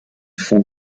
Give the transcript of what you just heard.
font